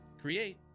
Create